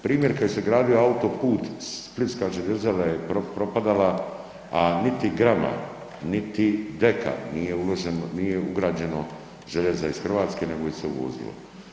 Primjer kad se je gradio autoput splitska željezara je propadala, a niti grama, niti deka nije ugrađeno željeza iz Hrvatske nego se je uvozilo.